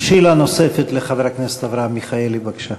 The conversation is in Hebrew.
שאלה נוספת לחבר הכנסת אברהם מיכאלי, בבקשה.